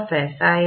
ആയി മാറും